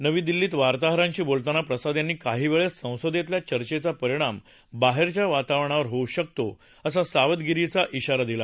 नवी दिल्लीत वार्ताहरांशी बोलताना प्रसाद यांनी काही वेळेस संसदेतल्या चर्चेचा परिणामबाहेरच्या वातावरणावर होऊ शकतो असा सावधगिरीचा इषारा दिला